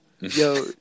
yo